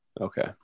Okay